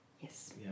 yes